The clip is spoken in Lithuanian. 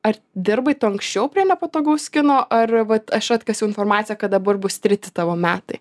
ar dirbai tu anksčiau prie nepatogaus kino ar vat aš atkasiau informaciją kad dabar bus treti tavo metai